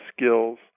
skills